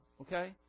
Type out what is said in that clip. okay